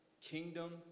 kingdom